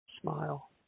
smile